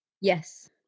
Yes